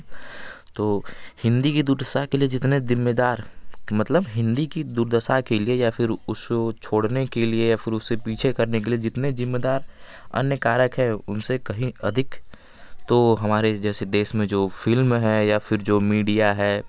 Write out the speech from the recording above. तो हिंदी की दुर्दशा के लिए जितने ज़िम्मेदार मतलब हिंदी की दुर्दशा के लिए या फिर उसे छोड़ने के लिए या फिर उसे पीछे करने के लिए जितने ज़िम्मेदार अन्य कारक हैं उनसे कहीं अधिक तो हमारे जैसे देश में जो फ़िल्म हैं या फिर जो मिडिया है